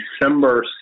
December